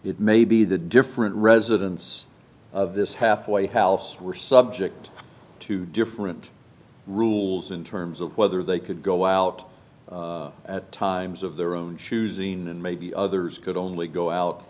it may be the different residents of this halfway house were subject to different rules in terms of whether they could go out at times of their own choosing and maybe others could only go out